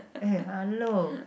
eh hello